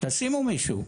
תשימו מישהו.